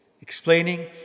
explaining